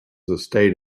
estate